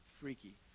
freaky